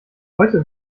heute